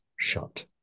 shut